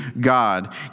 God